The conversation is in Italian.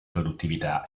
produttività